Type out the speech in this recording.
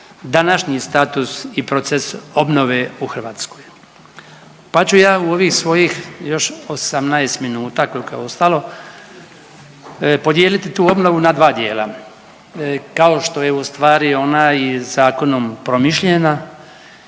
današnji status i proces obnove u Hrvatskoj, pa ću ja u ovih svojih još 18 minuta koliko je ostalo podijeliti tu obnovu na dva dijela. Kao što je ustvari ona i zakonom promišljena